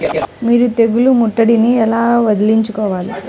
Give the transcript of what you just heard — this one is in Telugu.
మీరు తెగులు ముట్టడిని ఎలా వదిలించుకోవాలి?